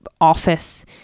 office